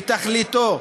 מתכליתו,